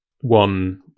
one